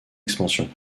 expansion